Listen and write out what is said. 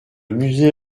musée